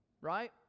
Right